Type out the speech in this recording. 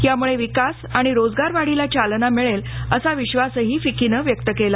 यामुळे विकास आणि रोजगार वाढीला चालना मिळेल असा विश्वासही फिक्कीनं व्यक्त केला